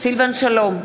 סילבן שלום,